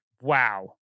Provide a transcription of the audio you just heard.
wow